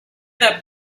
that